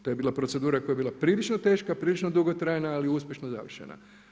To je bila procedura koja je bila prilično teška, prilično dugotrajna, ali uspješno završena.